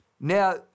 Now